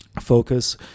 focus